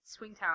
Swingtown